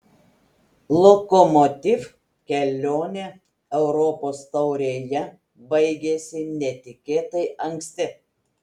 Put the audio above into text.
lokomotiv kelionė europos taurėje baigėsi netikėtai anksti